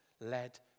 led